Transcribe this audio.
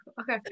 okay